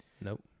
Nope